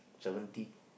seventy